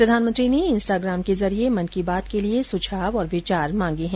प्रधानमंत्री ने इंस्टाग्राम के जरिये मन की बात के लिए सुझाव और विचार मांगे हैं